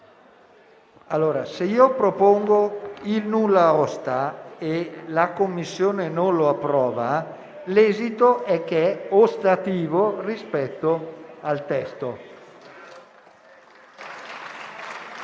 Se si propone il nulla osta e la Commissione non lo approva, l'esito è ostativo rispetto al testo.